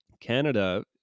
Canada